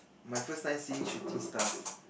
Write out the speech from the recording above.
my first time seeing shooting stars